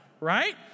right